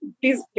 please